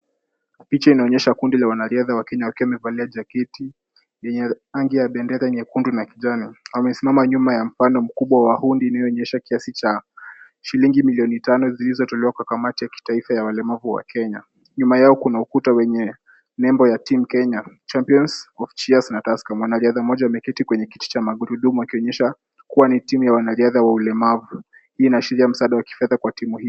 Picha inaonyesha kundi la wanariadha wa Kenya wakiwa wamevalia jaketi yenye rangi ya bendera yenye rangi nyekundu na ya kijani. Wamesimama nyuma ya mfano mkubwa wa hundi iliyoonyesha kiasi cha shilingi milioni tano zilizotolewa kwa kamati ya kitaifa ya walemavu wa Kenya. Nyuma yao kuna ukuta wenye nembo ya team Kenya champions cheers na Tusker. Mwanariadha mmoja ameketi kwenye kiti cha magurudumu akionyesha kuwa ni timu ya wanariadha wa walemavu. Hii inaashiria msaada wa kifedha kwa timu hii.